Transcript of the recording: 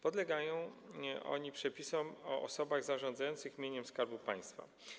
Podlegają oni przepisom o zasadach zarządzania mieniem Skarbu Państwa.